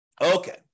Okay